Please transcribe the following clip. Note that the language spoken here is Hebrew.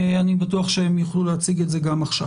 אני בטוח שהם יוכלו להציג את זה גם עכשיו.